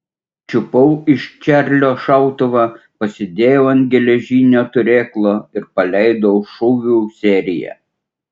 čiupau iš čarlio šautuvą pasidėjau ant geležinio turėklo ir paleidau šūvių seriją